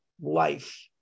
life